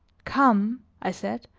come, i said,